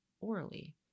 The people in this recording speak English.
orally